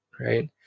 right